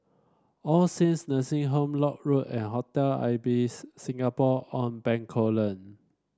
All Saints Nursing Home Lock Road and Hotel Ibis Singapore On Bencoolen